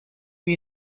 wie